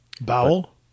Bowel